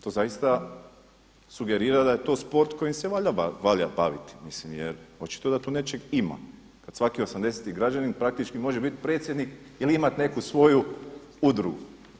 To zaista sugerira da je to sport kojim se valja baviti mislim jer očito da tu nečeg ima kada svaki 80-ti građanin praktički može biti predsjednik ili imati neku svoju udrugu.